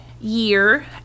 year